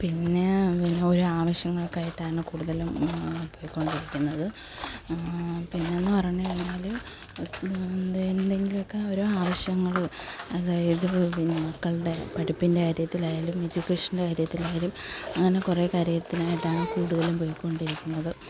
പിന്നെ ഒരാവശ്യങ്ങൾക്കായിട്ടാണ് കൂടുതലും പോയിക്കൊണ്ടിരിക്കുന്നത് പിന്നെന്നു പറഞ്ഞ് കഴിഞ്ഞാൽ എന്തേ എന്തെങ്കിലൊക്കെ ഓരോ ആവശ്യങ്ങൾ അതായത് പിന്നെ മക്കളുടെ പഠിപ്പിൻ്റെ കാര്യത്തിലായാലും എഡ്യൂക്കേഷൻ്റെ കാര്യത്തിലായാലും അങ്ങനെ കുറെ കാര്യത്തിനായിട്ടാണ് കൂടുതലും പോയിക്കൊണ്ടിരിക്കുന്നത്